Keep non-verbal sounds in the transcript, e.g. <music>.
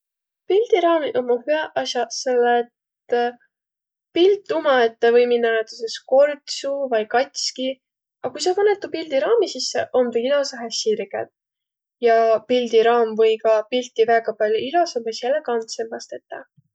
Pildiraamiq ommaq hüäq as'aq selle, et <hesitation> pilt umaette või minnäq näütüses kortsu vai kats'ki. A kui sa panõt tuu pildi raami sisse, om tuu ilosahe sirgelt. Ja pildiraam või ka pilti väega pall'o ilosambas ja elegantsembas tetäq.